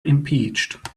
impeached